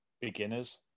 beginners